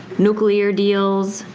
nuclear deals,